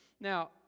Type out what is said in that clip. Now